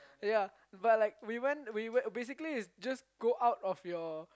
yea but like we went we basically is just go out of your